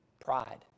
Pride